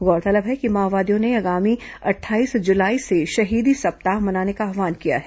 गौरतलब है कि माओवादियों ने आगामी अट्ठाईस जुलाई से शहीदी सप्ताह मनाने का आव्हान किया है